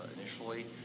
initially